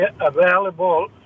available